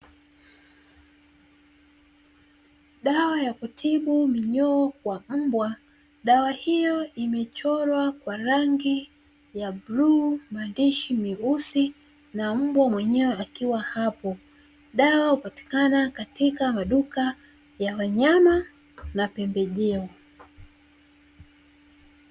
Dawa ya kutibu minyoo kwa mbwa. Dawa hiyo imechorwa kwa rangi ya bluu, maandishi meusi na mbwa mwenyewe akiwa hapo. Dawa hupatikana katika maduka ya wanyama na pembejeo.